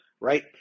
right